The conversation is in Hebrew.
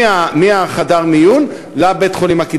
מחדר המיון הקדמי לבית-החולים,